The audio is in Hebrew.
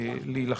בינינו.